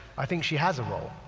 i think she has a role,